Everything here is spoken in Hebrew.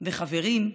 בחברים,